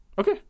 Okay